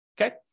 okay